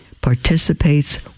participates